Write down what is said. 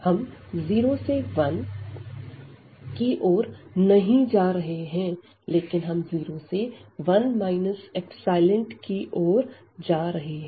हम 0 से 1 की ओर नहीं जा रहे हैं लेकिन हम 0 से 1 ϵ की ओर जा रहे हैं